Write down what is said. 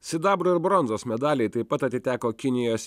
sidabro ir bronzos medaliai taip pat atiteko kinijos